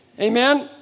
Amen